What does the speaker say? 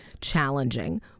challenging